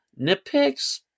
nitpicks